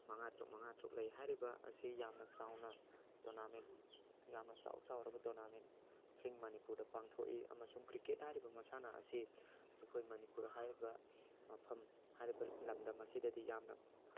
ꯃꯉꯥ ꯇꯔꯨꯛ ꯃꯉꯥ ꯇꯔꯨꯛ ꯂꯩ ꯍꯥꯏꯔꯤꯕ ꯑꯁꯤ ꯌꯥꯝꯅ ꯆꯥꯎꯅ ꯇꯣꯔꯅꯥꯃꯦꯟ ꯌꯥꯝꯅ ꯆꯥꯎ ꯆꯥꯎꯔꯕ ꯇꯣꯔꯅꯥꯃꯦꯟꯁꯤꯡ ꯃꯅꯤꯄꯨꯔꯗ ꯄꯥꯡꯊꯣꯛꯏ ꯑꯃꯁꯨꯡ ꯀ꯭ꯔꯤꯛꯀꯦꯠ ꯍꯥꯏꯔꯤꯕ ꯃꯁꯥꯟꯅ ꯑꯁꯤ ꯑꯩꯈꯣꯏ ꯃꯅꯤꯄꯨꯔ ꯍꯥꯏꯔꯤꯕ ꯃꯐꯝ ꯍꯥꯏꯔꯤꯕ ꯂꯝꯗꯝ ꯑꯁꯤꯗꯗꯤ ꯌꯥꯝꯅ